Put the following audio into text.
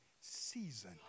season